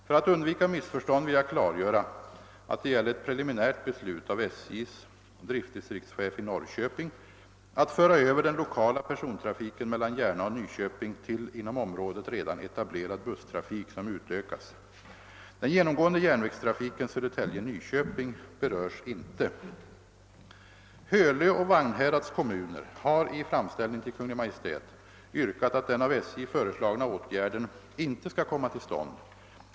För att undvika missförstånd vill jag klargöra att det gäller ett preliminärt beslut av SJ:s driftdistriktschef i Norrköping att föra över Hölö och Vagnhärads kommuner har i framställning till Kungl. Maj:t yrkat att den av SJ föreslagna åtgärden inte skall komma till stånd.